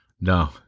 No